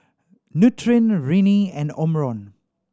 Nutren Rene and Omron